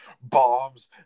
bombs